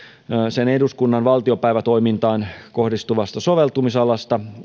sen eduskunnan valtiopäivätoimintaan kohdistuvasta soveltumisalasta